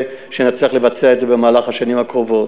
שנצליח לבצע אותו במהלך השנים הקרובות.